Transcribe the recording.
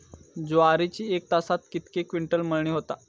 ज्वारीची एका तासात कितके क्विंटल मळणी होता?